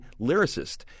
lyricist